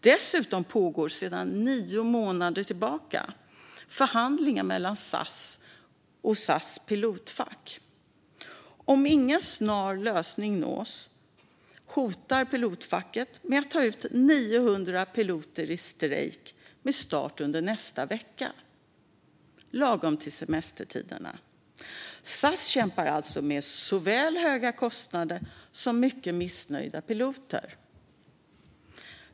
Dessutom pågår sedan nio månader tillbaka förhandlingar mellan SAS och SAS pilotfack. Om ingen snar lösning nås hotar pilotfacket att ta ut 900 piloter i strejk med start nästa vecka - lagom till semestertiderna. SAS kämpar alltså med såväl höga kostnader som med mycket missnöjda piloter.